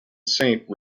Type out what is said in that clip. saint